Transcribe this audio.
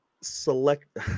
select